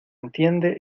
entiende